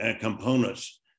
components